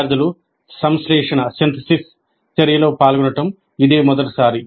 విద్యార్థులు సంశ్లేషణ చర్యలో పాల్గొనడం ఇదే మొదటిసారి